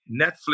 Netflix